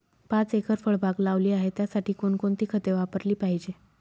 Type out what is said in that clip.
पाच एकर फळबाग लावली आहे, त्यासाठी कोणकोणती खते वापरली पाहिजे?